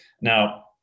Now